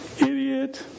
Idiot